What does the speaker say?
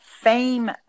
Fame